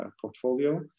portfolio